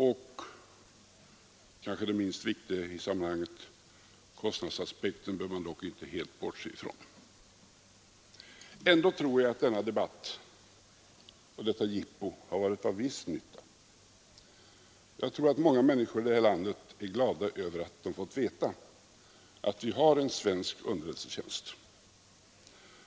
Och även om den kanske är det minst viktiga i sammanhanget: kostnadsaspekten bör man dock inte helt bortse från. Ändå tror jag att denna debatt och detta jippo har varit till viss nytta. Jag tror att många människor här i landet är glada över att de fått veta att vi har en svensk underrättelsetjänst,